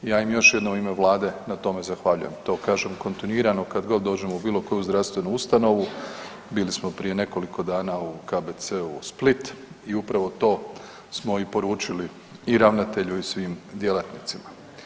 Ja im još jednom u ime Vlade na tome zahvaljujem, to kažem kontinuirano kad god dođem u bilo koju zdravstvenu ustanovu, bili smo prije nekoliko dana u KBC-u Split i upravo to smo i poručili i ravnatelju i svim djelatnicima.